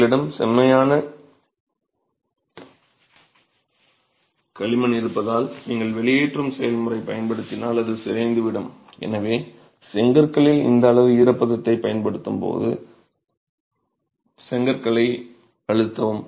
உங்களிடம் மென்மையான களிமண் இருப்பதால் நீங்கள் வெளியேற்றும் செயல்முறையைப் பயன்படுத்தினால் அது சிதைந்துவிடும் எனவே செங்கற்களில் இந்த அளவு ஈரப்பதத்தைப் பயன்படுத்தும்போது செங்கற்களை அழுத்தவும்